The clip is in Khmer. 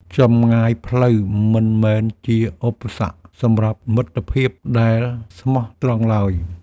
ចម្ងាយផ្លូវមិនមែនជាឧបសគ្គសម្រាប់មិត្តភាពដែលស្មោះត្រង់ឡើយ។